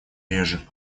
реже